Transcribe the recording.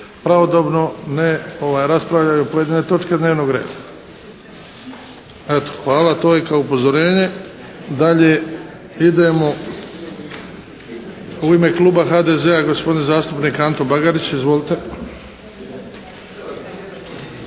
pravodobno ne raspravljaju pojedine točke dnevnog reda. Eto. Hvala. To je kao upozorenje. Dalje idemo. U ime kluba HDZ-a gospodin zastupnik Anto Bagarić. Izvolite.